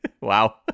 Wow